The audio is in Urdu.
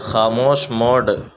خاموش موڈ